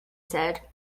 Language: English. said